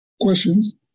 questions